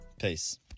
peace